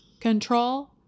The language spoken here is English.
Control